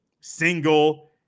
single